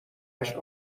دشت